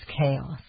chaos